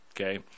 okay